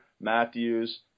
Matthews